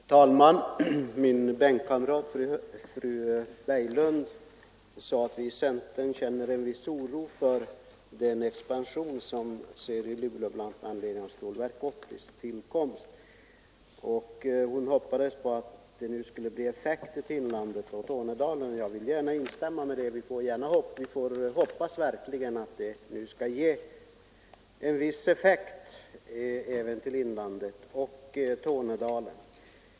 Herr talman! Min bänkkamrat, fru Berglund, sade att vi i centern känner en viss oro för den expansion som kan förestå i Luleå, bl.a. med anledning av Stålverk 80:s tillkomst. Hon hoppades att den skulle få effekt i inlandet och Tornedalen, och jag vill gärna instämma med henne. Vi får verkligen hoppas att det skall bli en viss effekt även i inlandet och i Tornedalen.